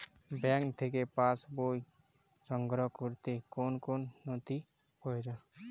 Bank থেকে passbook সংগ্রহ করতে কোন কোন নথি প্রয়োজন?